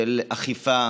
של אכיפה